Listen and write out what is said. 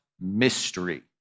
mystery